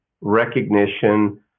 recognition